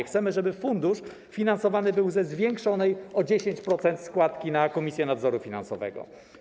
Chcemy, żeby fundusz finansowany był ze zwiększonej o 10% składki na Komisję Nadzoru Finansowego.